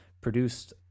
produced